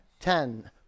ten